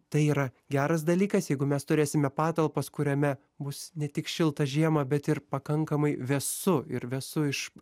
tai yra geras dalykas jeigu mes turėsime patalpas kuriame bus ne tik šilta žiemą bet ir pakankamai vėsu ir vėsu iš